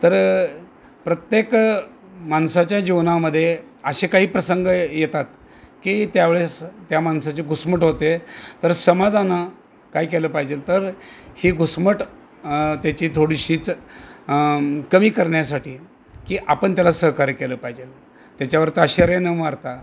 तरं प्रत्येक माणसाच्या जीवनामध्ये असे काही प्रसंग येतात की त्यावेळेस त्या माणसाची घुसमट होते तर समाजानं काय केलं पाहिजे तर ही घुसमट त्याची थोडीशीच कमी करण्यासाठी की आपण त्याला सहकार्य केलं पाहिजे त्याच्यावर तर ताशेरे न मारता